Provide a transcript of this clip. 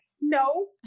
no